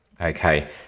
okay